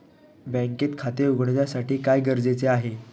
बँकेत खाते उघडण्यासाठी काय गरजेचे आहे?